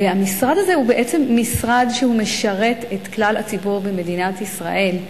והמשרד הזה הוא בעצם משרד שמשרת את כלל הציבור במדינת ישראל,